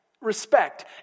respect